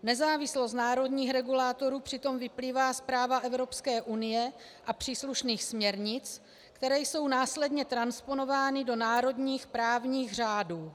Nezávislost národních regulátorů přitom vyplývá z práva Evropské unie a příslušných směrnic, které jsou následně transponovány do národních právních řádů.